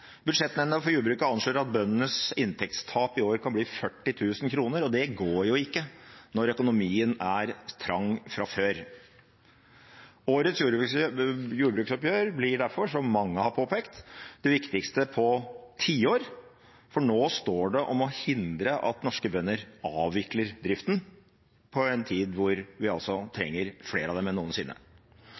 Budsjettnemnda for jordbruket anslår at bøndenes inntektstap i år kan bli 40 000 kr, og det går jo ikke når økonomien er trang fra før. Årets jordbruksoppgjør blir derfor, som mange har påpekt, det viktigste på tiår, for nå står det om å hindre at norske bønder avvikler driften på en tid hvor vi trenger flere av dem enn noensinne.